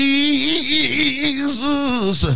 Jesus